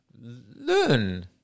learn